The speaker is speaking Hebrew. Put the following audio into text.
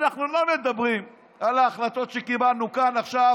אנחנו לא מדברים על ההחלטות שקיבלנו כאן עכשיו